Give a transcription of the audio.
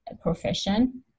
profession